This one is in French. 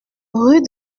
rue